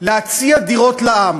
להציע דירות לעם,